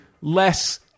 Less